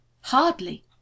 Hardly